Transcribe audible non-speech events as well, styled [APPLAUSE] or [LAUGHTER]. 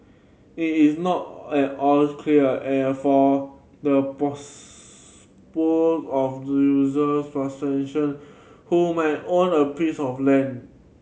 it is not at all clear and for the [UNINTELLIGIBLE] of [UNINTELLIGIBLE] who might own a piece of land